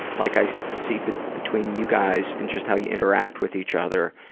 like i see but between you guys and just how you interact with each other,